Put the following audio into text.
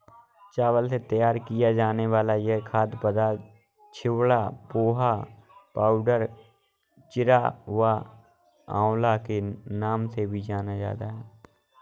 चावल से तैयार किया जाने वाला यह खाद्य पदार्थ चिवड़ा, पोहा, पाउवा, चिरा या अवल के नाम से भी जाना जाता है